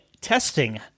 testing